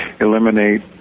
eliminate